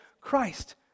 Christ